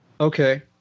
Okay